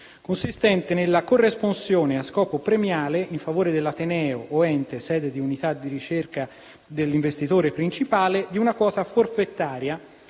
consistente nella corresponsione, a scopo premiale, in favore dell'ateneo o ente sede di unità di ricerca dell'investitore principale, di una quota forfettaria